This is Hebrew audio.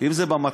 אם זה במתנ"ס,